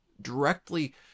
directly